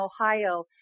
Ohio